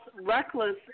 reckless